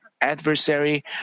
adversary